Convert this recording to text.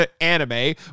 anime